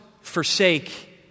forsake